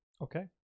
okay